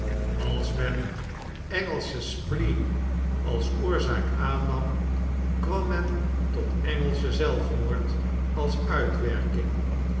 als men engelsche spleen als oorzaak aannam kwam men tot engelschen zelfmoord als uitwerking